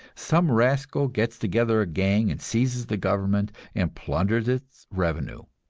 some rascal gets together a gang, and seizes the government and plunders its revenue.